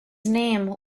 name